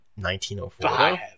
1904